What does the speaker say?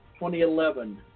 2011